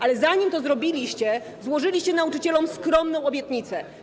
Ale zanim to zrobiliście, złożyliście nauczycielom skromną obietnicę.